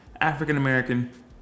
african-american